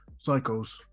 psychos